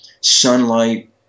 sunlight